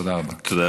תודה רבה.